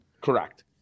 Correct